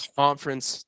conference